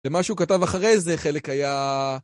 זה מה שהוא כתב אחרי זה, חלק היה...